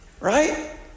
Right